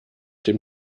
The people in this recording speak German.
dem